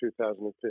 2015